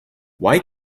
why